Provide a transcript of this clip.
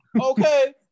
Okay